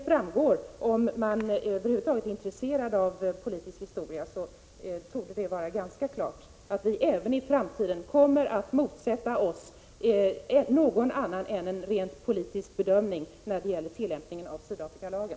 För den som över huvud taget är intresserad av politisk historia torde det framgå ganska klart att vi även i framtiden kommer att motsätta oss någon annan bedömning än en rent politisk när det gäller tillämpningen av Sydafrikalagen.